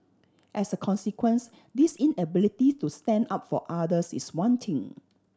as a consequence this inability to stand up for others is one thing